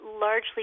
largely